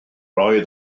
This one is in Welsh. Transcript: oedd